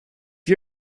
you